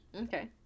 Okay